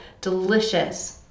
delicious